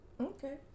Okay